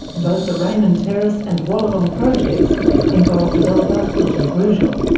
both the raymond terrace and wallalong projects involve developer hilton grugeon.